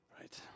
Right